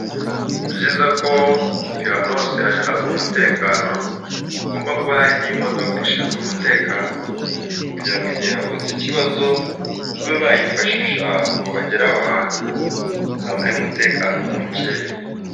Ni byiza ko buri ahantu hose hari umutekano, hagomba kuba hari n'imodoka ishinzwe umutekano kugira ngo igihe havutse ikibazo, babe bayifashisha ngo bagere ahantu, habaye umutekano mukeya.